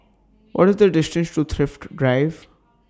What IS The distance to Thrift Drive